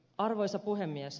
arvoisa puhemies